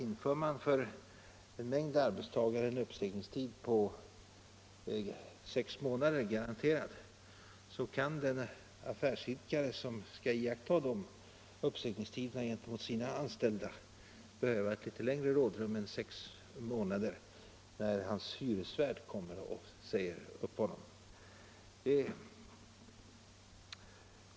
Inför man för en mängd arbetstagare en garanterad uppsägningstid på sex månader kan utan tvekan den affärsidkare som skall iaktta den uppsägningstiden gentemot sina anställda behöva ett litet längre rådrum än sex månader när hans hyresvärd säger upp honom.